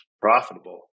profitable